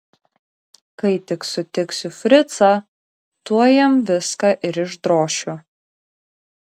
kai tik sutiksiu fricą tuoj jam viską ir išdrošiu